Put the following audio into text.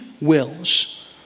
wills